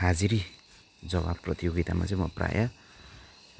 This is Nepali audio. हाजिरी जवाफ प्रतियोगितामा चाहिँ म प्रायः